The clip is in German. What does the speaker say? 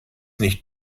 nicht